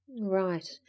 Right